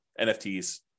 NFTs